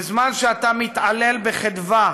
בזמן שאתה מתעלל בחדווה